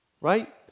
right